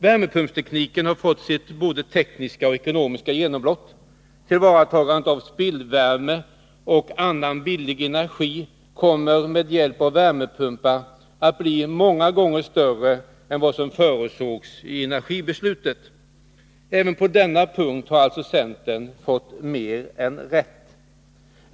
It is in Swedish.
Värmepumpstekniken har fått sitt både tekniska och ekonomiska genombrott. Tillvaratagandet av spillvärme och annan billig energi kommer med hjälp av värmepumpar att bli många gånger större än vad som förutsågs i energibeslutet. Även på denna punkt har alltså centern fått mer än rätt.